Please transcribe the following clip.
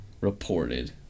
reported